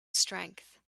strength